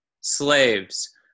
Slaves